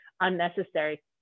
Unnecessary